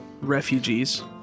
refugees